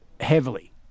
heavily